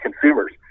consumers